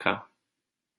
republika